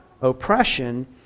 oppression